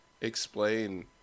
explain